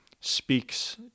speaks